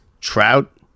Trout